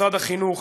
משרד החינוך,